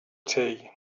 tea